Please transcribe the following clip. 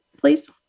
please